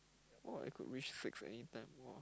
!wah! I could wish six anytime !wah!